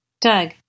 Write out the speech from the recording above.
Doug